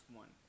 one